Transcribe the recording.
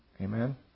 Amen